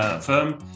firm